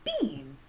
bean